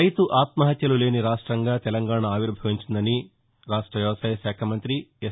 రైతు ఆత్వహత్యలు లేని రాష్టంగా తెలంగాణ ఆవిర్భవించిందని రాష్ట వ్యవసాయశాఖ మంత్రి ఎస్